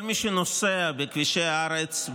כל מי שנוסע בכבישי הארץ,